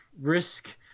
risk